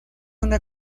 una